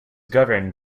governed